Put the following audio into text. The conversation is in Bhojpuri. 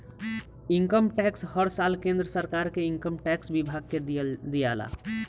इनकम टैक्स हर साल केंद्र सरकार के इनकम टैक्स विभाग के दियाला